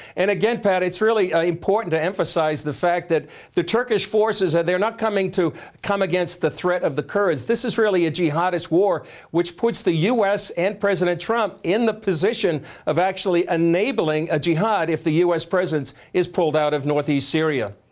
and again, pat, it's really important to emphasize the fact that the turkish forces, they are not coming to come against the threat of the kurds. this is really a jihadist war which puts the u s. and president trump in the position of actually enabling a jihad if the u s. presence is pulled out of northeast syria.